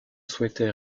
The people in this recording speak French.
souhaitait